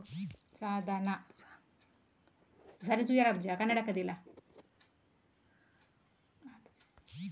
ಬೀಜಗಳನ್ನು ಬಿತ್ತಲು ಎಂತದು ಸಾಧನ ಉಂಟು?